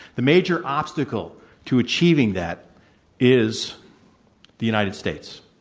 the major obstacle to achieving that is the united states.